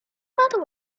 matter